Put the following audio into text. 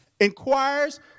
inquires